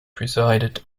presided